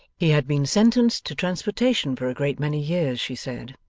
he had been sentenced to transportation for a great many years, she said.